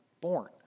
born